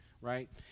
right